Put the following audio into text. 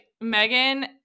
Megan